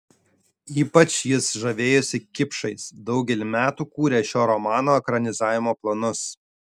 ypač jis žavėjosi kipšais daugelį metų kūrė šio romano ekranizavimo planus